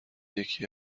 یکی